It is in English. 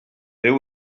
there